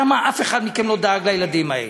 למה אף אחד מהם לא דאג לילדים האלה?